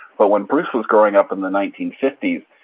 but, when bruce was growing up in the nineteen fifty s,